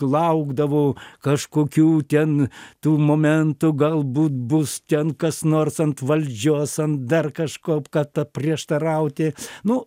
laukdavo kažkokių ten tų momentų galbūt bus ten kas nors ant valdžios ant dar kažko kad ta prieštarauti nu